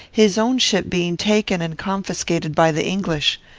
his own ship being taken and confiscated by the english.